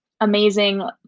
amazing